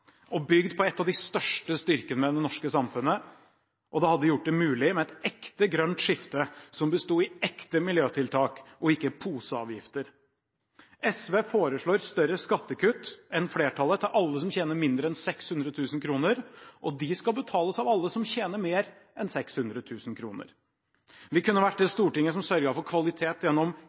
og bygd på en av de største styrkene ved det norske samfunnet. Det hadde gjort det mulig med et ekte grønt skifte, som besto i ekte miljøtiltak, ikke poseavgifter. SV foreslår større skattekutt enn flertallet til alle som tjener mindre enn 600 000 kr – og det skal betales av alle som tjener mer enn 600 000 kr. Vi kunne vært det stortinget som sørget for kvalitet gjennom